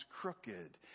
crooked